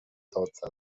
داد